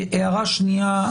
הערה שנייה,